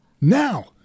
Now